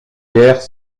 guerre